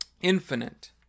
infinite